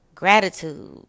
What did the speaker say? gratitude